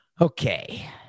Okay